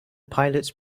pilots